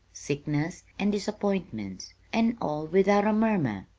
sickness, and disappointments, and all without a murmur,